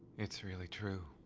it's really true.